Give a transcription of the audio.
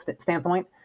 standpoint